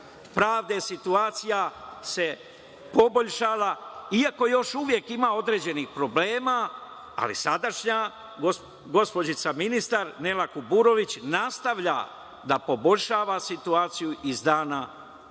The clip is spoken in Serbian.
pravde, situacija se poboljšala, iako još uvek ima određenih problema, ali sadašnja gospođica ministar Nela Kuburović, nastavlja da poboljšava situaciju iz dana u dan.